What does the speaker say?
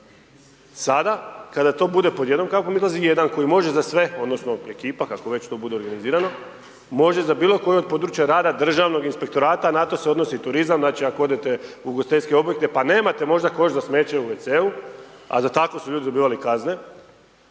Sada kada to bude pod jednom kapom, izlazi jedan koji može za sve, odnosno ekipa kako već to bude organizirano, može za bilo koje od područje rada Državnog inspektorata, a na to se odnosi turizam, znači ako odete u ugostiteljske objekte pa nemate možda koš za smeće u WC-u, a za takvo su ljudi dobivali kazne,